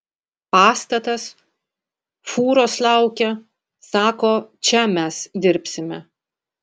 pastatas fūros laukia sako čia mes dirbsime